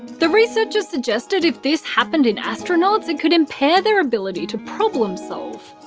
the researchers suggested if this happened in astronauts, it could impair their ability to problem solve.